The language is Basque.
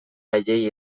haiei